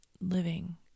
living